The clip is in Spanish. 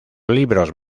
libros